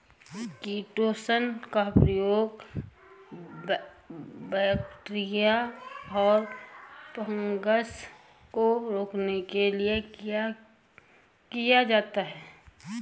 chitosan का प्रयोग bacteria और फँगस को रोकने के लिए किया जा रहा है